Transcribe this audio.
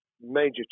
major